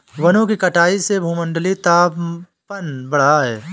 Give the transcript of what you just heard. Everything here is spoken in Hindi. वनों की कटाई से भूमंडलीय तापन बढ़ा है